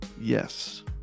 Yes